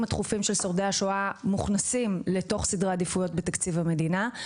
הדחופים של שורדי השואה מוכנסים לתוך סדרי העדיפויות בתקציב המדינה.